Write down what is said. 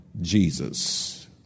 Jesus